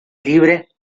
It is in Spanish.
libre